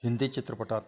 हिंदी चित्रपटात